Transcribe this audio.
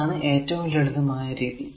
ഇതാണ് ഏറ്റവും ലളിതമായ രീതി